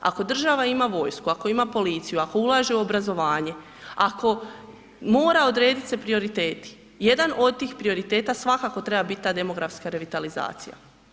Ako država ima vojsku, ako ima policiju, ako ulaže u obrazovanje, ako mora odrediti se prioriteti, jedan od tih prioriteta svakako treba biti ta demografska revitalizacija.